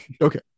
Okay